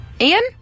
Ian